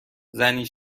زنی